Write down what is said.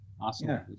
Awesome